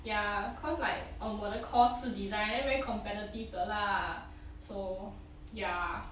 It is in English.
ya cause like um 我的 course 是 design then very competitive 的 lah so ya